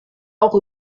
auch